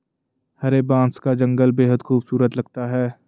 हरे बांस का जंगल बेहद खूबसूरत लगता है